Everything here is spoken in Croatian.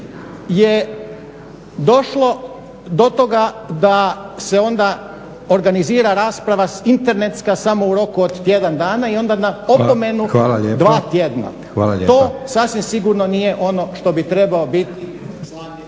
je došlo do toga da se onda organizira rasprava internetska samo u roku od tjedan dana i onda na opomenu dva tjedna. …/Upadica predsjednik: Hvala lijepa./…